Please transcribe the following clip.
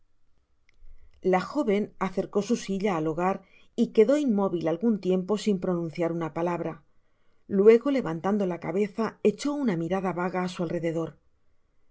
la joven acercó su silla al hogar y quedó inmóvil algun tiempo sin pronunciar una palabra luego levantando la cabeza echó una mirada vaga á su alrededor no